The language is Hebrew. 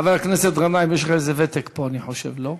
חבר הכנסת גנאים, יש לך איזה ותק פה אני חושב, לא?